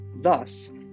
Thus